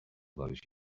those